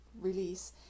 release